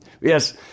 yes